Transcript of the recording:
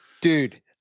Dude